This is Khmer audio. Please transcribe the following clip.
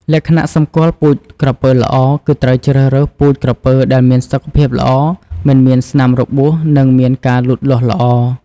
លក្ខណៈសម្គាល់ពូជក្រពើល្អ គឺត្រូវជ្រើសរើសពូជក្រពើដែលមានសុខភាពល្អ មិនមានស្នាមរបួស និងមានការលូតលាស់ល្អ។